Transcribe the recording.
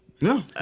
no